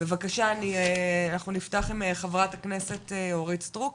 בבקשה, אנחנו נפתח עם חה"כ אורית סטרוק,